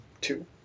two